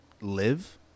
live